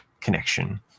connection